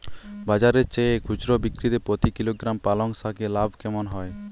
বাজারের চেয়ে খুচরো বিক্রিতে প্রতি কিলোগ্রাম পালং শাকে লাভ কেমন হয়?